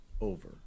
over